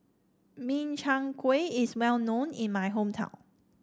Min Chiang Kueh is well known in my hometown